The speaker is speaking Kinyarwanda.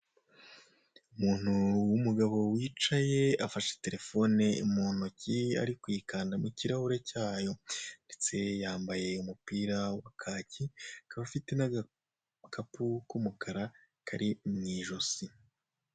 Umuntu w'umugabo wicaye afashe telefone mu ntoki ari kuyikanda mukirahure cyayo, ndetse yambaye umupira wa kake akaba afite n'agakapu k'umukara kari mu ijosi.